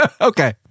Okay